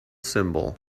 symbol